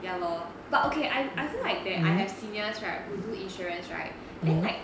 ya lor but okay I I feel like that I have seniors right who do insurance right then like